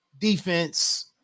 defense